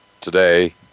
today